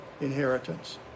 inheritance